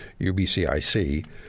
UBCIC